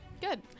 Good